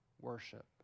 worship